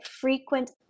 frequent